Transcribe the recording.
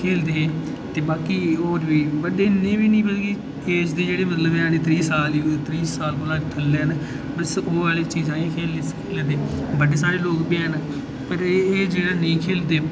खेढदे हे ते बाकी होर बी बड्डे एह् बी निं के किश जेह्ड़े हैन त्रीह् साल जे त्रीह् साल कोला थल्लै न पर ओह् आह्लियां चीजां एह् खेढदे बाकी सारे लोग बी हैन पर एह् जेह्ड़ा नेईं खेढदे